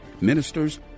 ministers